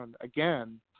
again